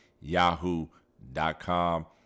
Yahoo.com